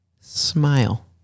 smile